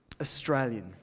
Australian